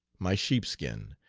my sheepskin,